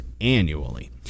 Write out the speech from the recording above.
annually